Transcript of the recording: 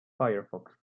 firefox